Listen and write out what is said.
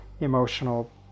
emotional